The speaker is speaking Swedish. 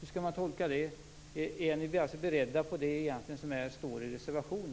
Hur skall man tolka det som sades om flödesinformationen? Är ni beredda att öppna för mer flödesinformation, som det står i reservationen?